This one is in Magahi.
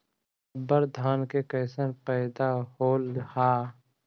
अबर धान के कैसन पैदा होल हा?